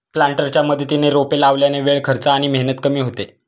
प्लांटरच्या मदतीने रोपे लावल्याने वेळ, खर्च आणि मेहनत कमी होते